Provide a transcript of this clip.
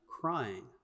crying